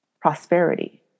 prosperity